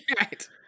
right